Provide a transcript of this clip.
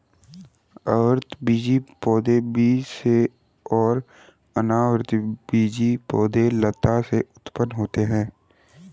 आवृतबीजी पौधे बीज से और अनावृतबीजी पौधे लता से उत्पन्न होते है